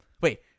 Wait